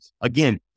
again